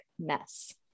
mess